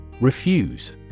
Refuse